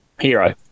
Hero